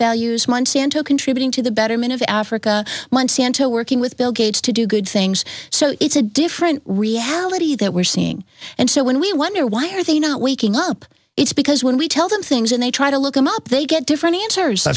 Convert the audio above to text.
values months into contributing to the betterment of africa monsanto working with bill gates to do good things so it's a different reality that we're seeing and so when we wonder why are they not waking up it's because when we tell them things and they try to look them up they get different answers